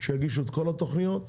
שיגישו את כל התוכניות,